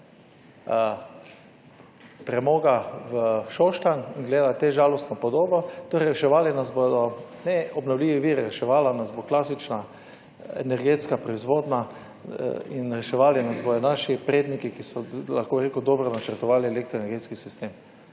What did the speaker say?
premoga v Šoštanj in gleda žalostno podobo. Reševali nas bodo obnovljivi viri, reševala nas bo klasična energetska proizvodnja in reševali nas bodo naši predniki, ki so lahko, bi rekel, dobro načrtovali elektroenergetski sistem.